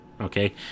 okay